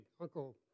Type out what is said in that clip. Uncle